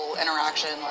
interaction